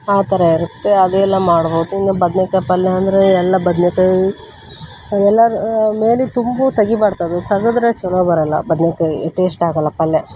ಆ ಥರ ಇರುತ್ತೆ ಅದು ಎಲ್ಲ ಮಾಡ್ಬೋದು ಇನ್ನು ಬದ್ನೆಕಾಯಿ ಪಲ್ಯ ಅಂದರೆ ಎಲ್ಲ ಬದ್ನೆಕಾಯಿ ಅವೆಲ್ಲರ ಮೇಲಿದ್ದ ತುಂಬು ತೆಗಿಬಾರದದು ತೆಗೆದ್ರೆ ಛಲೋ ಬರೋಲ್ಲ ಬದನೆಕಾಯಿ ಟೇಶ್ಟ್ ಆಗೋಲ್ಲ ಪಲ್ಯ